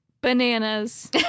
Bananas